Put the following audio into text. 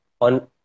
on